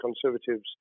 Conservatives